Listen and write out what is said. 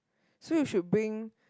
so you should bring